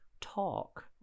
talk